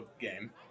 game